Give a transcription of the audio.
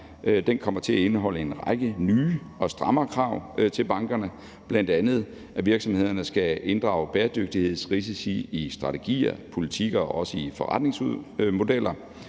Den kommer til at indeholde en række nye og strammere krav til bankerne, bl.a. at virksomhederne skal inddrage bæredygtighedsrisici i strategier, politikker og forretningsmodeller.